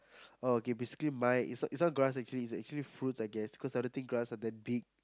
oh okay basically mine is not is not grass actually is actually fruits I guess cause I think_grass not that big